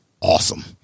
awesome